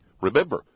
Remember